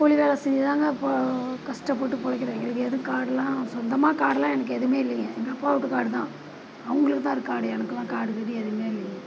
கூலி வேலை செஞ்சு தாங்க போ கஷ்டப்பட்டு பொழைக்கிறோம் எங்களுக்கு ஏதும் காடெலாம் சொந்தமாக காடெலாம் எனக்கு எதுவுமே இல்லைங்க எங்கப்பா வீட்டு காடுதான் அவங்களுக்கு தான் இருக்குது காடு எனக்கெலாம் காடு கரி எதுவும் இல்லைங்க